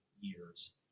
years